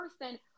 person